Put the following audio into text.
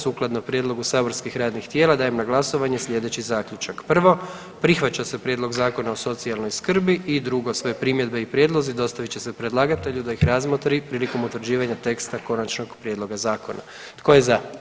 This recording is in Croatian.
Sukladno prijedlogu saborskih radnih tijela dajem na glasovanje sljedeći zaključak: „1. Prihvaća se Prijedlog zakona o socijalnoj skrbi i 2. Sve primjedbe i prijedlozi dostavit će se predlagatelju da ih razmotri prilikom utvrđivanja teksta konačnog prijedloga zakona.“ Tko je za?